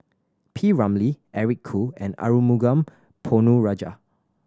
P Ramlee Eric Khoo and Arumugam Ponnu Rajah